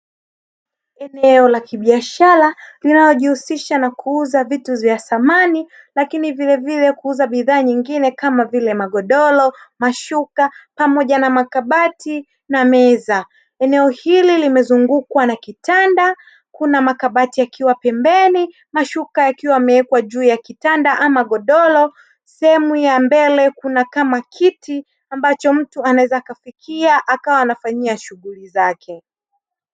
Eneo la kibiashara linalojihusisha na kuuza vitu vya thamani lakini vile vile kuuza bidhaa nyingine kama vile magodoro, masuka pamoja na makabati na meza eneo hili limezungukwa na kitanda kuna makabati yakiwa pembeni mashuka yakiwa yamewekwa juu ya kitanda ama godoro sehemu ya mbele kuna kama kiti ambacho mtu anaweza akafikia akawa anafanyia shughuli zake.